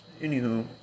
anywho